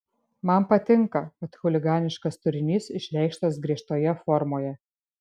man patinka kad chuliganiškas turinys išreikštas griežtoje formoje